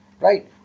right